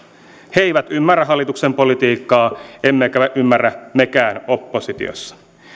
he eivät ymmärrä hallituksen politiikkaa emmekä ymmärrä mekään oppositiossa